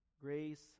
grace